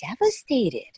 devastated